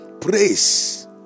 Praise